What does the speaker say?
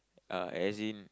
uh as in